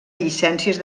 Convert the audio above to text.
llicències